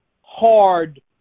hard